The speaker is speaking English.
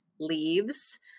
leaves